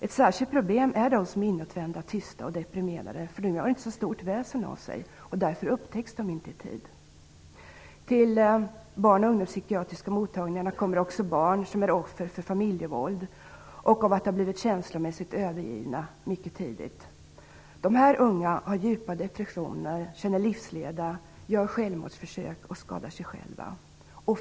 Ett särskilt problem är de som är inåtvända, tysta och deprimerade - de gör inte så stort väsen av sig, och därför upptäcks de inte i tid. Till barn och ungdompsykiatriska mottagningarna kommer också barn som är offer för familjevåld och som har blivit känslomässigt övergivna mycket tidigt. Dessa unga har djupa depressioner, känner livsleda, gör självmordsförsök och skadar sig själva.